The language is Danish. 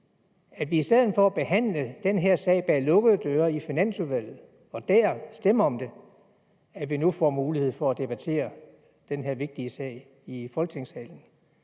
at vi nu i stedet for at behandle den her sag bag lukkede døre i Finansudvalget og der stemme om det, får mulighed for at debattere den her vigtige sag i Folketingssalen?